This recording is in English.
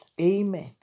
Amen